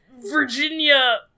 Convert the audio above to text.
Virginia